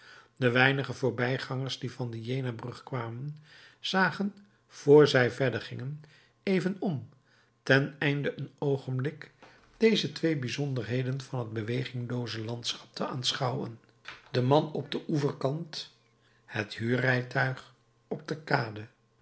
de weinige voorbijgangers die van de jena brug kwamen zagen vr zij verder gingen even om ten einde een oogenblik deze twee bijzonderheden van het beweginglooze landschap te aanschouwen den man op den oeverkant het huurrijtuig op de kade